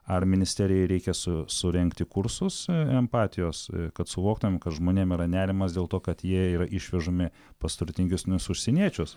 ar ministerijai reikia su surengti kursus empatijos kad suvoktumėm kad žmonėm yra nerimas dėl to kad jie yra išvežami pas turtingesnius užsieniečius